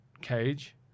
cage